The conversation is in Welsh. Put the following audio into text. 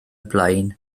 blaen